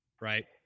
right